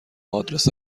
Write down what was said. آدرس